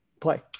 play